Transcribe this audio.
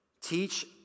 teach